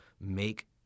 make